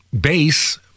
base